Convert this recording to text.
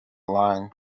line